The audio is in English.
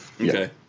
okay